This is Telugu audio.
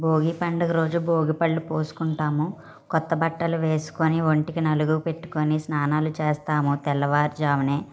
భోగి పండుగ రోజు భోగి పళ్ళు పోసుకుంటాము కొత్త బట్టలు వేసుకొని ఒంటికి నలుగు పెట్టుకుని స్నానాలు చేస్తాము తెల్లవారి జామునే